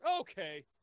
Okay